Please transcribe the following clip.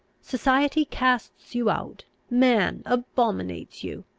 society casts you out man abominates you.